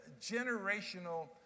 generational